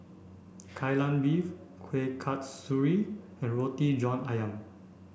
Kai Lan Beef Kueh Kasturi and Roti John Ayam